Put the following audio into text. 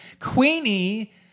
Queenie